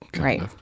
right